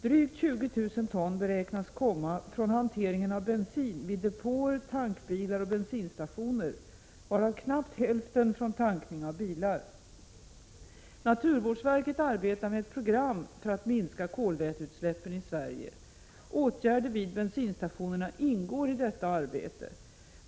Drygt 20 000 ton beräknas komma från hanteringen av bensin vid depåer, tankbilar och bensinstationer, varav knappt hälften från tankning av bilar. Naturvårdsverket arbetar med ett program för att minska kolväteutsläppen i Sverige. Åtgärder vid bensinstationerna ingår i detta arbete.